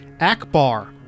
Akbar